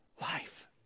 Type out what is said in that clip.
life